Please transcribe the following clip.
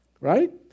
Right